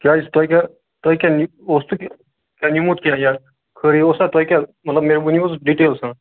کیٛازِ تۄہہِ کیٛاہ تۄہہِ کیٛاہ اوستہٕ کیٚنٛہہ کیٛاہ نِمُت کیٛاہ خٲرٕے اوسا تۄہہِ کیٛاہ مطلب مےٚ ؤنِوٕ حظ ڈِٹیل سان